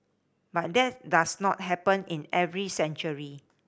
but that does not happen in every century